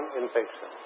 infection